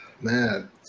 Man